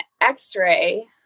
X-ray